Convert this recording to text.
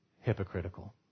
hypocritical